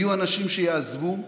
יהיו אנשים שיעזבו,